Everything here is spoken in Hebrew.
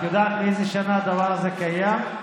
את יודעת מאיזה שנה הדבר הזה קיים,